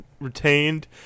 retained